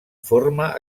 forma